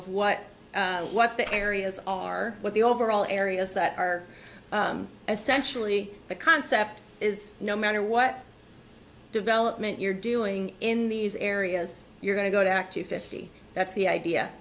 of what what the areas are what the overall areas that are essentially the concept is no matter what development you're doing in these areas you're going to go back to fifty that's the idea